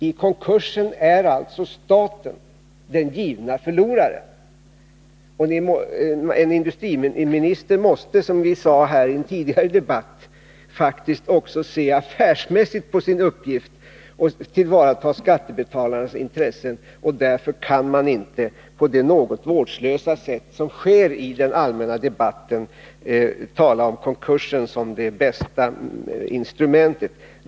I konkursen är alltså staten den givna förloraren. En industriminister måste, som vi sade tidigare, faktiskt också se affärsmässigt på sin uppgift och tillvarata skattebetalarnas intressen. Därför kan man inte på det något vårdslösa sätt som man gör i den allmänna debatten tala om konkursen som det bästa instrumentet.